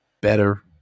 better